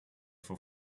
for